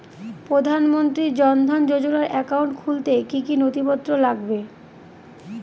প্রধানমন্ত্রী জন ধন যোজনার একাউন্ট খুলতে কি কি নথিপত্র লাগবে?